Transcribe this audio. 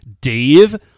dave